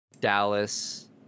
dallas